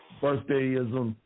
birthdayism